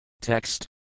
Text